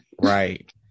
Right